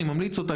אני ממליץ עליה,